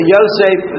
Yosef